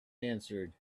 answered